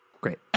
Great